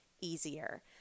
easier